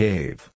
Cave